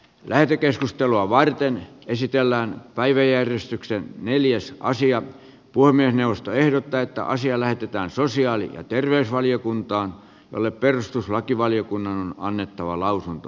lähetekeskustelua varten esitellään päiväjärjestyksen neljäs sija poimia puhemiesneuvosto ehdottaa että asia lähetetään sosiaali ja terveysvaliokuntaan jolle perustuslakivaliokunnan on annettava lausunto